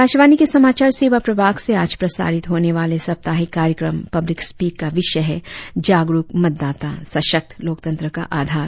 आकाशवाणी के समाचार सेवा प्रभाग से आज प्रसारित होने वाले साप्ताहिक कार्यक्रम पब्लिक स्पीक का विषय हैः जागरुक म्तदाताः सशक्त लोकतंत्र का आधार